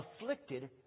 afflicted